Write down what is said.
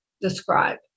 describe